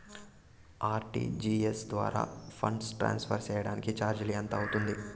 RTGS ద్వారా funds transfer సేయడానికి చార్జీలు ఎంత అవుతుంది